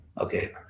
Okay